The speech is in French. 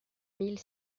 mille